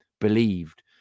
believed